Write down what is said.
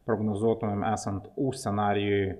prognozuotumėm esant u scenarijui